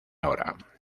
hora